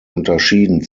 unterschieden